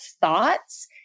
thoughts